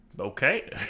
Okay